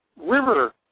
river